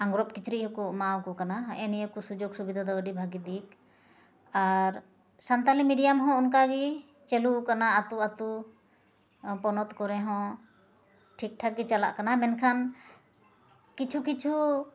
ᱟᱝᱜᱽᱨᱚᱵ ᱠᱤᱪᱨᱤᱡ ᱦᱚᱸᱠᱚ ᱮᱢᱟᱣᱟᱠᱚ ᱠᱟᱱᱟ ᱦᱮᱸᱜᱼᱮ ᱱᱤᱭᱟᱹᱠᱚ ᱥᱩᱡᱳᱜᱽ ᱥᱩᱵᱤᱫᱷᱟᱫᱚ ᱟᱹᱰᱤ ᱵᱷᱟᱜᱮ ᱫᱤᱠ ᱟᱨ ᱥᱟᱱᱛᱟᱞᱤ ᱢᱤᱰᱤᱭᱟᱢ ᱦᱚᱸ ᱚᱱᱠᱟᱜᱮ ᱪᱟᱹᱞᱩᱣ ᱠᱟᱱᱟ ᱟᱛᱳ ᱟᱛᱳ ᱯᱚᱱᱚᱛ ᱠᱚᱨᱮᱦᱚᱸ ᱴᱷᱤᱠᱴᱷᱟᱠ ᱜᱮ ᱪᱟᱞᱟᱜ ᱠᱟᱱᱟ ᱢᱮᱱᱠᱷᱟᱱ ᱠᱤᱪᱷᱩ ᱠᱤᱪᱷᱩ